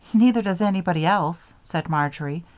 neither does anybody else, said marjory,